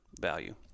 value